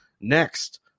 next